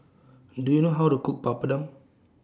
Do YOU know How to Cook Papadum